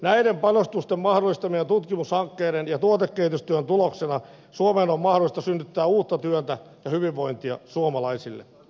näiden panostusten mahdollistamien tutkimushankkeiden ja tuotekehitystyön tuloksena suomeen on mahdollista synnyttää uutta työtä ja hyvinvointia suomalaisille